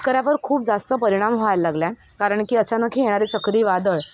शेतकऱ्यावर खूप जास्त परिणाम व्हायला लागला आहे कारण की अचानक येणारे चक्रीवादळ